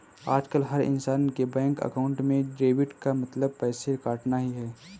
आजकल हर इन्सान के बैंक अकाउंट में डेबिट का मतलब पैसे कटना ही है